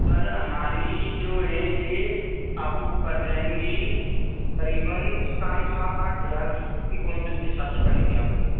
sir हमारी जो हैं ये आपको पड़ जाएँगी करीबन साढ़े सात आठ हज़ार की क्विंटल के हिसाब से पड़ेंगी आपको